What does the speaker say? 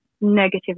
negative